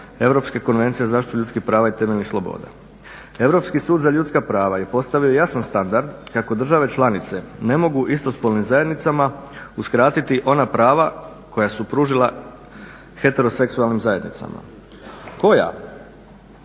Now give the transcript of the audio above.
Europske konvencije za zaštitu ljudskih prava i temeljnih sloboda. Europski sud za ljudska prava je postavio jasan standard kako države članice ne mogu istospolnim zajednicama uskratiti ona prava koja su pružila heteroseksualnim zajednicama. Koja